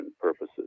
purposes